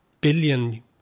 billion